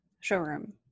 showroom